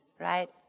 right